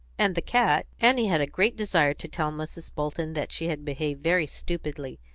and the cat. annie had a great desire to tell mrs. bolton that she had behaved very stupidly.